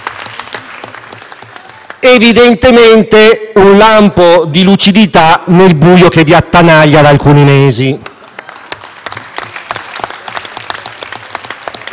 evidentemente un lampo di lucidità nel buio che vi attanaglia da alcuni mesi!